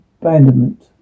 abandonment